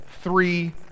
three